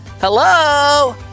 hello